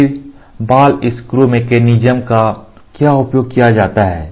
तो फिर ball screw mechanism का क्या होता है